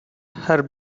her